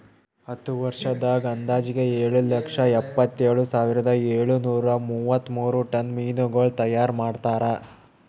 ಹತ್ತು ವರ್ಷದಾಗ್ ಅಂದಾಜಿಗೆ ಏಳು ಲಕ್ಷ ಎಪ್ಪತ್ತೇಳು ಸಾವಿರದ ಏಳು ನೂರಾ ಮೂವತ್ಮೂರು ಟನ್ ಮೀನಗೊಳ್ ತೈಯಾರ್ ಮಾಡ್ತಾರ